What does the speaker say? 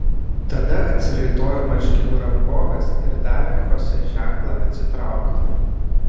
tada atsiraitojo marškinių rankoves ir davė chosė ženklą atsitraukti